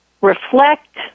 reflect